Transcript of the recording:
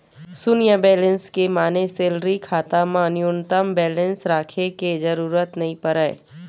सून्य बेलेंस के माने सेलरी खाता म न्यूनतम बेलेंस राखे के जरूरत नइ परय